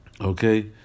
okay